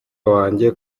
wanjye